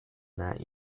that